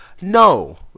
no